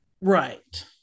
right